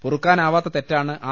പൊറുക്കാനാവാത്ത തെറ്റാണ് ആർ